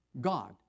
God